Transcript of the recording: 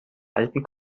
halten